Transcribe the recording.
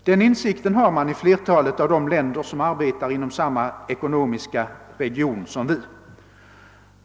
Den insikten har man i flertalet av de länder, som arbetar inom samma ekonomiska region som vi.